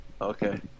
Okay